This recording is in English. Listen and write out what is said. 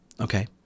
okay